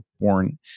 born